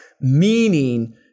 Meaning